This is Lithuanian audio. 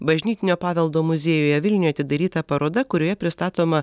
bažnytinio paveldo muziejuje vilniuje atidaryta paroda kurioje pristatoma